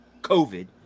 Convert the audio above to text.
COVID